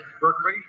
Berkeley